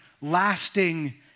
Lasting